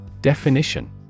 Definition